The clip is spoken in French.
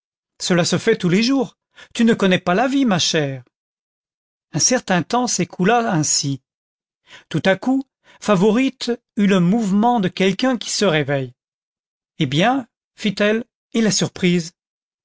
cela se fait tous les jours tu ne connais pas la vie ma chère un certain temps s'écoula ainsi tout à coup favourite eut le mouvement de quelqu'un qui se réveille eh bien fit-elle et la surprise